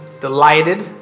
delighted